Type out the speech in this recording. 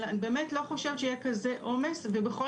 אבל אני באמת לא חושבת שיהיה כזה עומס ובכל